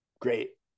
great